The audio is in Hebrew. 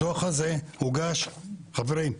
חברים,